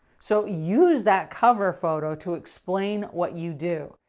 so use that cover photo to explain what you do.